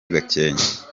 gakenke